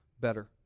better